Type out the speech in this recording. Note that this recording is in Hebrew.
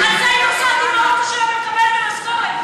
על זה היא נוסעת עם האוטו שלה ומקבלת את המשכורת,